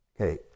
Okay